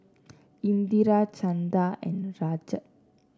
Indira Chanda and Rajat